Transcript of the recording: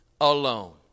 alone